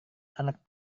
anak